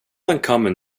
uncommon